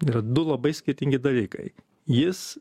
yra du labai skirtingi dalykai jis